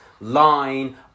line